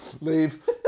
Leave